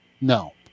No